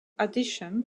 addition